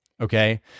Okay